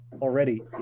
already